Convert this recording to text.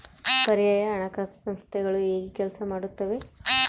ಪರ್ಯಾಯ ಹಣಕಾಸು ಸಂಸ್ಥೆಗಳು ಹೇಗೆ ಕೆಲಸ ಮಾಡುತ್ತವೆ?